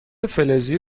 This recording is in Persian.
فلزی